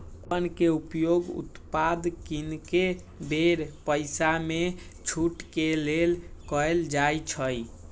coupon के उपयोग उत्पाद किनेके बेर पइसामे छूट के लेल कएल जाइ छइ